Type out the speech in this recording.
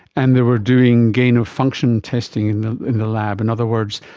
and they were doing gain of function testing in the in the lab. in other words,